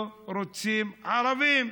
לא רוצים ערבים,